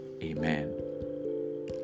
Amen